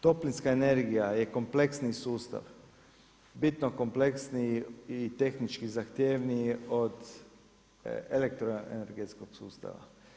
Toplinska energija je kompleksni sustav, bitno kompleksniji i tehnički zahtjevniji od elektroenergetskog sustava.